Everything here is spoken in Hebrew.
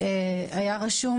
היה רשום